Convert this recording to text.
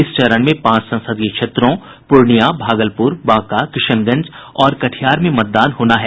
इस चरण में पांच संसदीय क्षेत्रों पूर्णिया भागलपुर बांका किशनगंज और कटिहार में मतदान होना है